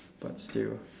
but still